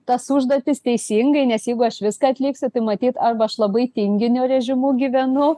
tas užduotis teisingai nes jeigu aš viską atliksiu tai matyt arba aš labai tinginio režimu gyvenu